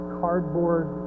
cardboard